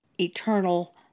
eternal